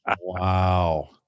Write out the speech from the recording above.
Wow